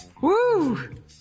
Woo